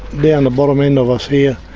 down the bottom end of us here,